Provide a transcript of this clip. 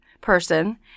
person